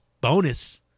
bonus